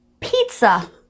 pizza